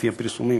לפי הפרסומים,